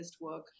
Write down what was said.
work